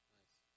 Nice